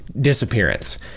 disappearance